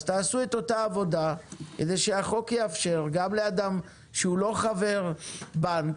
אז תעשו את אותה עבודה כדי שהחוק יאפשר גם לאדם שהוא לא חבר בנק,